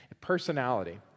personality